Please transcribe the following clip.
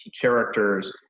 characters